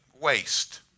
waste